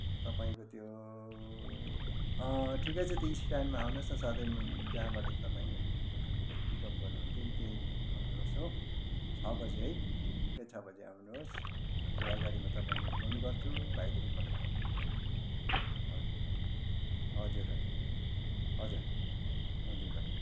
तपाईँको त्यो ठिकै छ त्यही स्टान्डमा आउनुहोस् न सधैँ जहाँबाट तपाईँको हामीलाई पिकअप गर्नुहुन्थ्यो नि त्यहीँ आउनुहोस् हो छ बजी है ठिक्कै छ बजी आउनुहोस् त्यो अगाडि म तपाईँलाई फोन गर्छु भाइले पनि मलाई कन्टेक्ट गर्नु हजुर हजुर हजुर हजुर हजुर भाइ